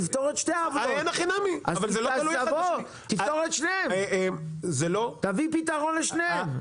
לא, תפתור את שתי העוולות, תביא פתרון לשתיהן.